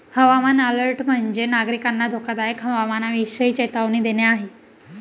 हवामान अलर्ट म्हणजे, नागरिकांना धोकादायक हवामानाविषयी चेतावणी देणे आहे